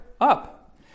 up